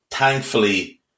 Thankfully